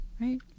right